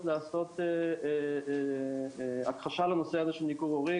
לעשות הכחשה לנושא הזה של ניכור הורי,